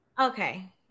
Okay